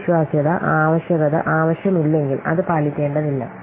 ഈ വിശ്വാസ്യത ആവശ്യകത ആവശ്യമില്ലെങ്കിൽ അത് പാലിക്കേണ്ടതില്ല